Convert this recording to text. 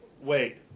Wait